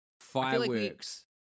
fireworks